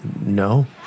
No